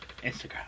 Instagram